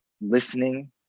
listening